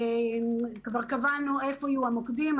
כבר קבענו איפה יהיו המוקדים.